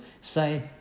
say